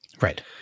Right